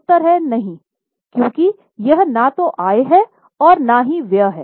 उत्तर है नहीं क्योंकि यह न तो आय है और न ही व्यय है